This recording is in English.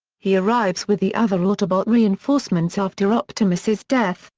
he arrives with the other autobot reinforcements after optimus's death,